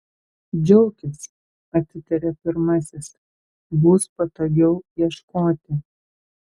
džiaukis atitarė pirmasis bus patogiau ieškoti